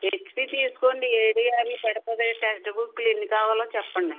HP తీసుకోండి ఏడు యాభై పడుతుంది టెస్ట్ బుక్లు ఎన్ని కావాలో చెప్పండి